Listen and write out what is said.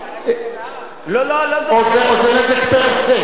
או זה נזק per se,